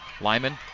Lyman